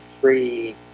free